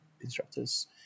instructor's